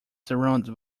surrounded